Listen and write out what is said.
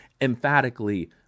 emphatically